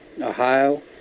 Ohio